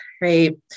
right